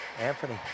Anthony